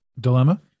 Dilemma